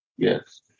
Yes